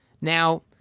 Now